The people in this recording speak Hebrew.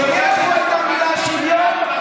שיש בו את המילה שוויון,